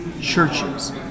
churches